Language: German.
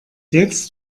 jetzt